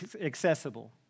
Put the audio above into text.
accessible